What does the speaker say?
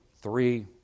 three